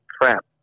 crap